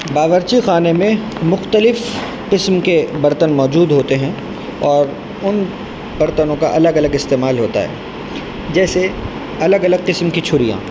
باورچی خانے میں مختلف قسم کے برتن موجود ہوتے ہیں اور ان برتنوں کا الگ الگ استعمال ہوتا ہے جیسے الگ الگ قسم کی چھریاں